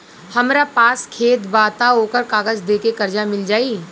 हमरा पास खेत बा त ओकर कागज दे के कर्जा मिल जाई?